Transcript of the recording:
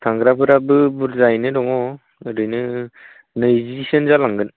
थांग्राफोराबो बुरजायैनो दङ ओरैनो नैजिसोआनो जालांगोन